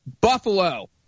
buffalo